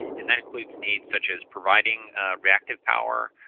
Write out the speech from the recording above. and that includes needs such as providing reactive power,